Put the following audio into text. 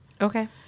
okay